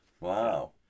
Wow